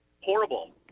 Horrible